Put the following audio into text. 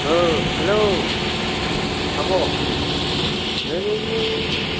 हेल' आब' है